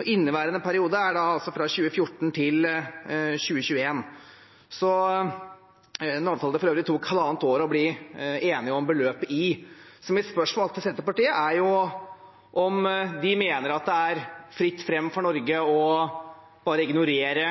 og inneværende periode er fra 2014 til 2021. Dette er for øvrig en avtale det tok halvannet år å bli enig om beløpet i. Mitt spørsmål til Senterpartiet er om de mener at det er fritt fram for Norge bare å ignorere